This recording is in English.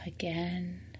Again